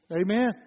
Amen